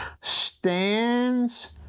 stands